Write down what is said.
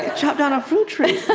ah chopped down a fruit tree